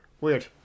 Weird